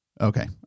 Okay